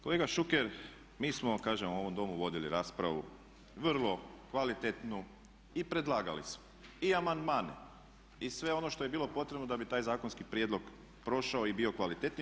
Kolega Šuker mi smo kažem u ovom Domu vodili raspravu vrlo kvalitetnu i predlagali smo i amandmane i sve ono što je bilo potrebno da bi taj zakonski prijedlog prošao i bio kvalitetniji.